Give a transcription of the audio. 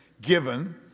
given